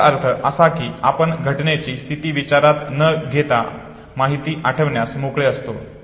याचा अर्थ असा आहे की आपण घटनेची स्थिती विचारात न घेता माहिती आठवण्यास मोकळे असतो